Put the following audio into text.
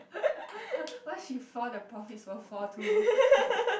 where she found the profits for four two